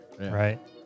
right